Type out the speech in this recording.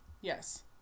Yes